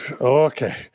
okay